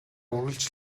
үргэлж